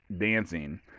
dancing